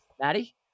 Maddie